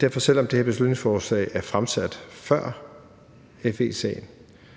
Derfor, selv om det her beslutningsforslag er fremsat før FE-sagen,